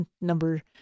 number